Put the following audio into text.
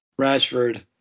Rashford